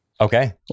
okay